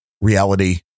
reality